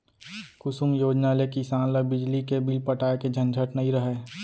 कुसुम योजना ले किसान ल बिजली के बिल पटाए के झंझट नइ रहय